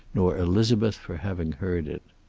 nor elizabeth for having heard it.